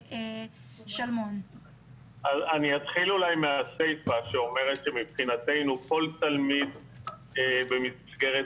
אני אתחיל מהסיפא שאומרת שמבחינתנו כל תלמיד במסגרת